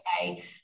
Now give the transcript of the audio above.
okay